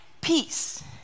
peace